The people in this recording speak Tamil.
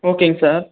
ஓகேங்க சார்